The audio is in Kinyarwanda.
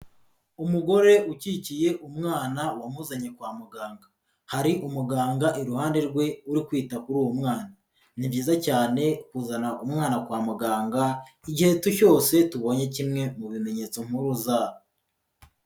Umugore ukikiye umwana wamuzanye kwa muganga, hari umuganga iruhande rwe uri kwita kuri uwo mwana. Ni byiza cyane kuzana umwana kwa muganga igihe cyose tubonye kimwe mu bimenyetso mpuruza.